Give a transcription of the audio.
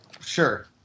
Sure